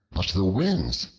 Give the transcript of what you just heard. but the winds,